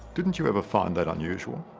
didn't you ever find that unusual?